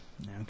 Okay